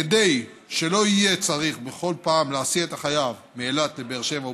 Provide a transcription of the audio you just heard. כדי שלא יהיה צריך בכל פעם להסיע את החייב מאילת לבאר שבע ובחזרה,